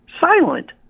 Silent